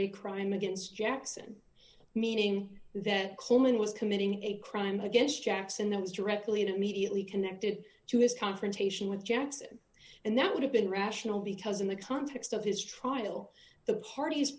a crime against jackson meaning that coleman was committing a crime against jackson it was directly to immediately connected to his confrontation with jackson and that would have been rational because in the context of his trial the parties